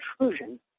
intrusion